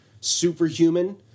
superhuman